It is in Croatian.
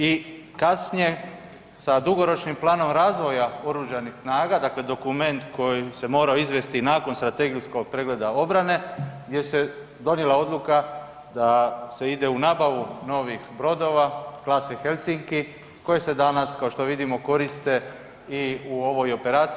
I kasnije sa dugoročnim planom razvoja oružanih snaga, dakle dokument koji se morao izvesti nakon strategijskog pregleda obrane gdje se donijela odluka da se ide u nabavu novih brodova klase Helsinki koji se danas kao što vidimo koriste i u ovoj operaciji.